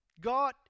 God